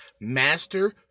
master